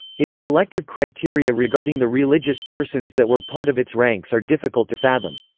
its selective criteria regarding the religious persons that were part of its ranks are difficult to fathom.